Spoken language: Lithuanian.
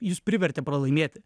jus privertė pralaimėti